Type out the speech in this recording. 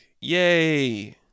yay